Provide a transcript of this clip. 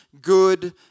good